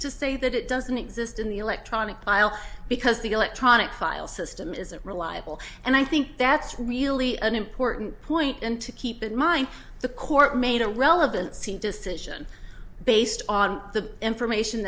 to say that it doesn't exist in the electronic file because the electronic file system isn't reliable and i think that's really an important point and to keep in mind the court made a relevance decision based on the information